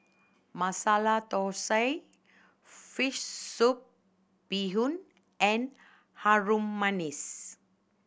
Masala Thosai fish soup bee hoon and Harum Manis